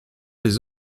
les